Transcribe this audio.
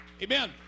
Amen